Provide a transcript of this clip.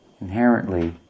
Inherently